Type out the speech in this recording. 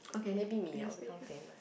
maybe me I will become famous